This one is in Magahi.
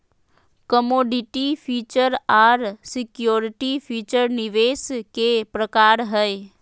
कमोडिटी फीचर आर सिक्योरिटी फीचर निवेश के प्रकार हय